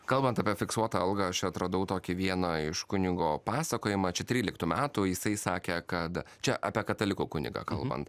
kalbant apie fiksuotą algą aš čia atradau tokį vieną iš kunigo pasakojimą čia tryliktų metų jisai sakė kad čia apie katalikų kunigą kalbant